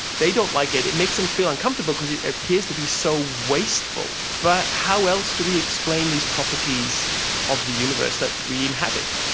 they don't like it, it makes them feel uncomfortable because it appears to be so wasteful. but how else do we explain these properties of the universe that we inhabit?